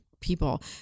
people